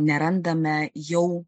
nerandame jau